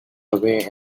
away